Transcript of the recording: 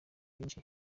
myinshi